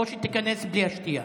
או שתיכנס בלי השתייה.